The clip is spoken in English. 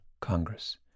Congress